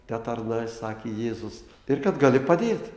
tie tarnai sakė jėzus ir kad gali padėt